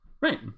Right